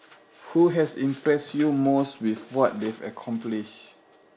who has impressed you most with what they've accomplished